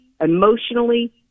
emotionally